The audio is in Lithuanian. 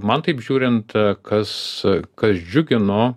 man taip žiūrint kas kas džiugino